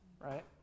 right